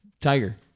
Tiger